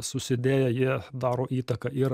susidėję jie daro įtaką ir